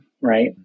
right